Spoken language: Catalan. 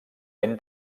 ben